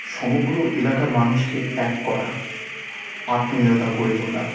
সমগ্র এলাকার মানুষকে এক করা আত্মীয়তা গড়ে তোলা